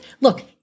look